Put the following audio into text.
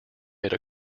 made